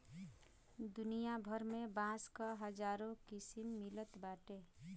दुनिया भर में बांस क हजारो किसिम मिलत बाटे